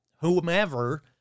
whomever